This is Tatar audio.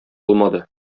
алмады